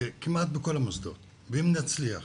כמעט בכל המוסדות, ואם נצליח